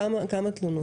כמה תלונות?